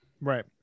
Right